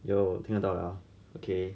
有听得到了 ah ok